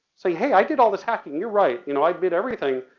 say hey, i did all this hacking, you're right, you know i admit everything,